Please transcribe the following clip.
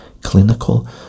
clinical